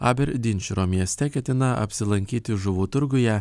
abir dinširo mieste ketina apsilankyti žuvų turguje